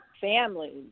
families